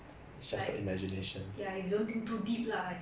essential for survival lah no choice